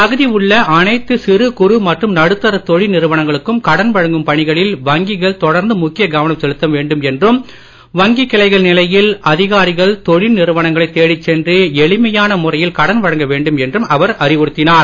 தகுதி உள்ள அனைத்து சிறு குறு மற்றும் நடுத்தர தொழில் நிறுவனங்களுக்கும் கடன் வழங்கும் பணிகளில் வங்கிகள் தொடர்ந்து முக்கிய கவனம் செலுத்த வேண்டும் என்றும் வங்கிக் கிளைகள் நிலையில் அதிகாரிகள் தொழில் நிறுவனங்களைத் தேடிச் சென்று எளிமையான முறையில் கடன் வழங்க வேண்டும் என்றும் அவர் அறிவுறுத்தினார்